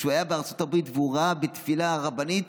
כשהוא היה בארצות הברית והוא ראה תפילה של רבנית,